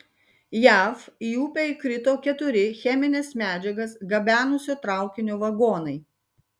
jav į upę įkrito keturi chemines medžiagas gabenusio traukinio vagonai